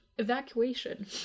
Evacuation